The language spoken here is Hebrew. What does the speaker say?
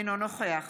אינו נוכח